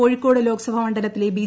കോഴീക്കോട് ലോക്സഭ മണ്ഡലത്തിലെ ബി